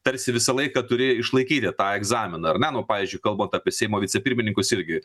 tarsi visą laiką turi išlaikyti tą egzaminą ar ne nu pavyzdžiui kalbant apie seimo vicepirmininkus irgi